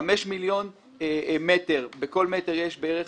5 מיליון מטר שבכל מטר יש בערך